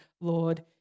Lord